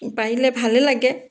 পাৰিলে ভালে লাগে